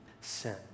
sin